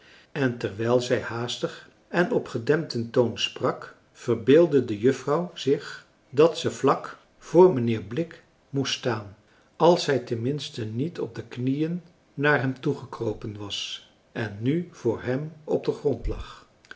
en terwijl zij haastig en op gedempten toon sprak verbeeldde de juffrouw zich dat ze vlak voor mijnheer blik moest staan als zij ten minste niet op de knieën naar hem toegekropen was en nu voor hem op den grond lag